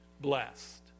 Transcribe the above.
blessed